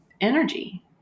energy